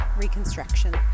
Reconstruction